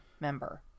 member